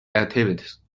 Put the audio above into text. activities